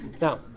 Now